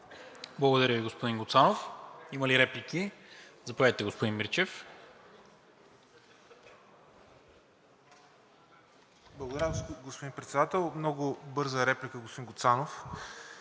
Благодаря Ви, господин Гуцанов. Има ли реплики? Заповядайте, господин Мирчев. ИВАЙЛО МИРЧЕВ (ДБ): Благодаря, господин Председател. Много бърза реплика, господин Гуцанов.